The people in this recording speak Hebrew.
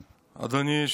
אדוני היושב-ראש,